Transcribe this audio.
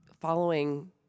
following